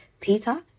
Peter